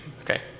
Okay